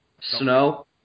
snow